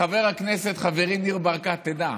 חבר הכנסת חברי ניר ברקת, תדע: